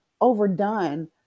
overdone